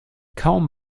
kaum